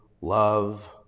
Love